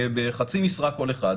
בחצי משרה כל אחד,